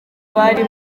bari